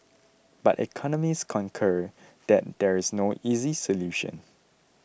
but economists concur that there is no easy solution